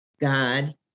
God